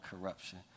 corruption